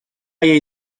jej